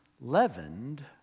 leavened